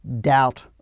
doubt